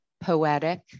poetic